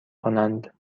کنند